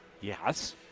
Yes